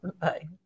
Bye